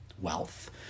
wealth